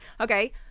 Okay